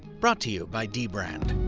brought to you by dbrand.